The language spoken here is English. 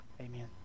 amen